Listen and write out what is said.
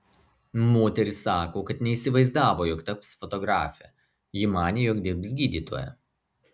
moteris sako kad neįsivaizdavo jog taps fotografe ji manė jog dirbs gydytoja